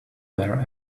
there